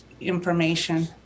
information